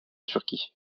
turquie